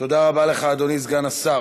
תודה רבה לך, אדוני, סגן השר.